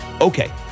Okay